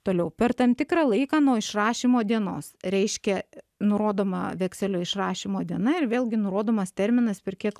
toliau per tam tikrą laiką nuo išrašymo dienos reiškia nurodoma vekselio išrašymo diena ir vėlgi nurodomas terminas per kiek